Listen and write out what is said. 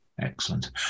Excellent